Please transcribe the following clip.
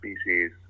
species